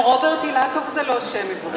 גם רוברט אילטוב זה לא שם עברי.